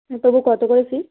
হ্যাঁ তবু কত করে ফিজ